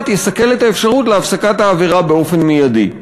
יסכל את האפשרות להפסקת העבירה באופן מיידי.